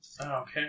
Okay